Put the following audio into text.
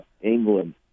England